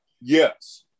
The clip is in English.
yes